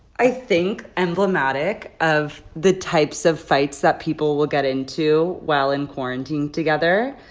i think, emblematic of the types of fights that people will get into while in quarantine together.